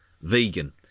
vegan